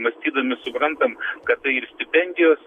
mąstydami suprantam kad tai ir stipendijos